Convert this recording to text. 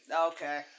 Okay